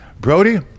Brody